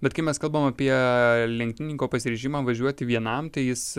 bet kai mes kalbam apie lenktynininko pasiryžimą važiuoti vienam tai jis